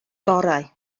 gorau